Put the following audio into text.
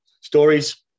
stories